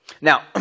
Now